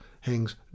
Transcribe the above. hangs